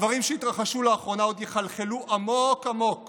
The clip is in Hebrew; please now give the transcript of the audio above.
הדברים שהתרחשו לאחרונה עוד יחלחלו עמוק עמוק